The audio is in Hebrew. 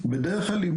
בדרך כלל עם